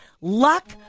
luck